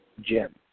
Jim